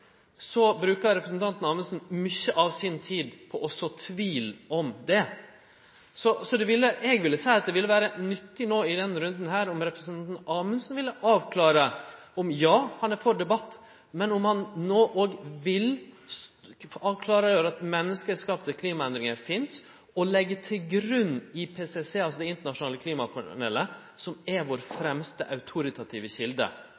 brukar representanten Amundsen mykje av si tid på å så tvil om det. Så eg ville sagt at det ville vore nyttig nå i denne runden om representanten Amundsen ville avklare om – ja, han er for debatt, men om han nå òg vil avklare at – menneskeskapte klimaendringar finst, og leggje til grunn IPCC, det internasjonale klimapanelet, som vår